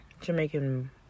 Jamaican